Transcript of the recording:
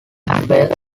fair